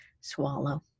swallow